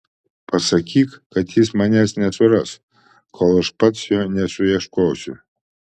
pasakyk kad jis manęs nesuras kol aš pats jo nesuieškosiu